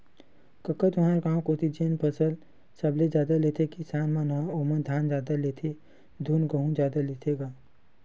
कका तुँहर गाँव कोती जेन फसल सबले जादा लेथे किसान मन ह ओमा धान जादा लेथे धुन गहूँ जादा लेथे गा?